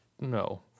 No